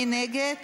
מי נגד?